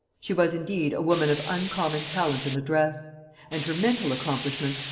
she was indeed a woman of uncommon talent and address and her mental accomplishments,